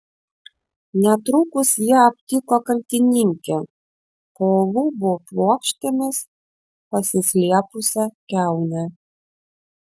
netrukus jie aptiko kaltininkę po lubų plokštėmis pasislėpusią kiaunę